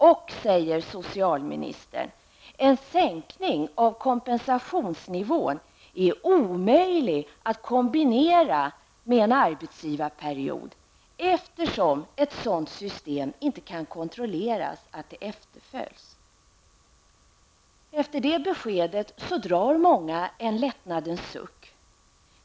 Och, säger socialministern, en sänkning av kompensationsnivån är omöjlig att kombinera med en arbetsgivarperiod, eftersom det inte kan kontrolleras att ett sådant system efterföljs. Efter det beskedet drar många en lättnadens suck.